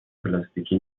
پلاستیکی